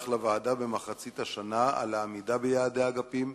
לוועדה באמצע השנה על העמידה ביעדי האגפים,